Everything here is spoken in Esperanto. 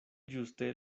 ĝuste